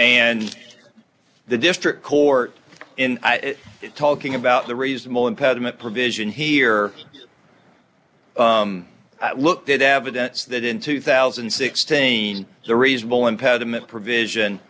and the district court in talking about the reasonable impediment provision here look did evidence that in two thousand and sixteen the reasonable impediment provision